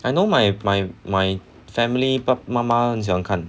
I know my my my family 爸妈妈很喜欢看